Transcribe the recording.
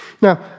Now